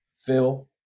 Phil